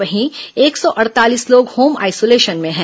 वहीं एक सौ अड़तालीस लोग होम आईसोलेशन में हैं